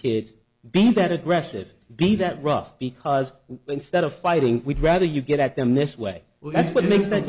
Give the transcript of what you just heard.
kids be bad aggressive be that rough because instead of fighting we'd rather you get at them this way well that's what makes that